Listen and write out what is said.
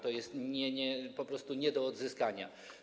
To jest po prostu nie do odzyskania.